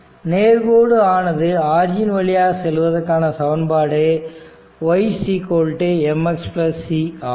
நேர்கோடு ஆனது ஆரிஜின் வழியாக செல்வதற்கான சமன்பாடு y mx c ஆகும்